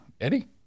Eddie